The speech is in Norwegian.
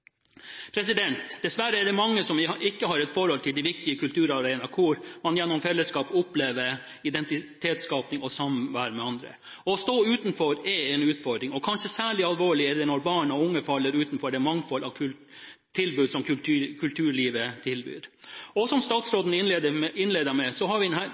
Dessverre er det mange som ikke har et forhold til de viktige kulturarenaene hvor man gjennom fellesskap opplever identitetsskaping og samvær med andre. Å stå utenfor er en utfordring, og kanskje særlig alvorlig er det når barn og unge faller utenfor det mangfold av tilbud som kulturlivet tilbyr. Som statsråden innledet med, har